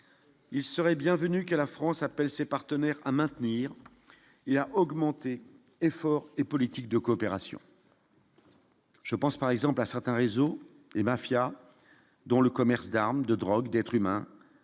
il serait bienvenu que la France appelle ses partenaires à maintenir, il y a augmenté effort et politique de coopération. Je pense par exemple à certains réseaux et mafia dont le commerce d'armes, de drogue, d'être humain